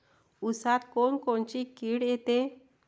ऊसात कोनकोनची किड येते?